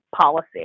policy